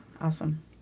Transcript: Awesome